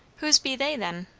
whose be they, then?